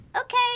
okay